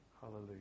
Hallelujah